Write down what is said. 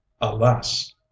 Alas